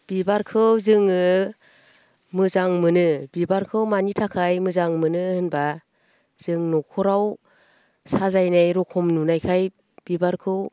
बिबारखौ जोङो मोजां मोनो बिबारखौ मानि थाखाय मोजां मोनो होनब्ला जों न'खराव साजायनाय रोखोम नुनायखाय बिबारखौ